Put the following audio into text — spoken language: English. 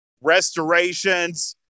restorations